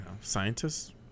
Scientists